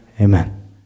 Amen